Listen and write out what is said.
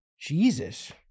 Jesus